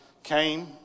came